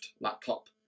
laptop